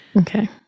Okay